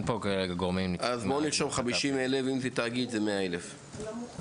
בואו נרשום 50,000 ואם זה תאגיד 100,000 שקלים.